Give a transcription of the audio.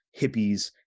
hippies